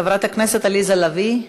חברת הכנסת עליזה לביא.